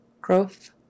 growth